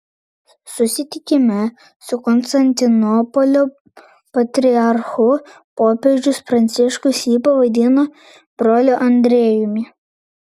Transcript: susitikime su konstantinopolio patriarchu popiežius pranciškus jį pavadino broliu andriejumi